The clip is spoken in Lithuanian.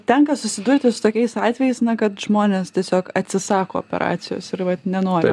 tenka susidurti su tokiais atvejais na kad žmonės tiesiog atsisako operacijos ir vat nenori